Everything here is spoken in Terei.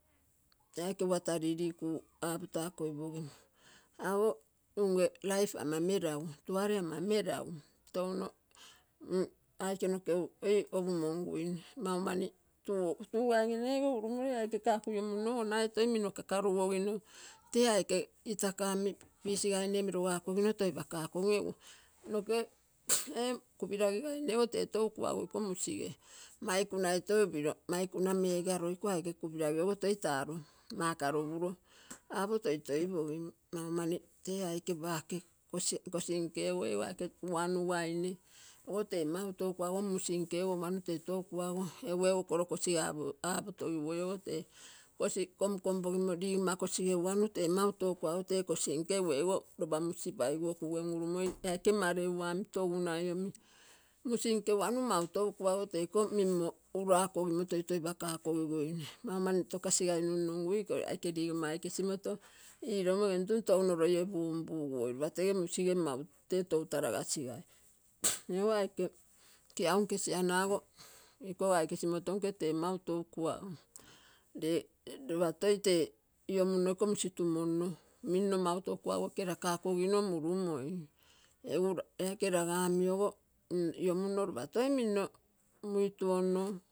Tee aike water lili ku apotagoipogino, apo unge life ama meragu, tuara ama meragu tai aike noge mm aike noge uuoi opumongume maumani tuugai nego urumolo ee aike kagu iomuno ogo nagai toi mimno kagarugogino tee aike iraga. fish logagogino toipagakogim. Egu noge ee upiragi gaina ogo tee tou kuago.